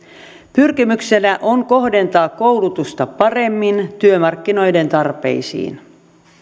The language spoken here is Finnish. pyrkimyksenä on kohdentaa koulutusta paremmin työmarkkinoiden tarpeisiin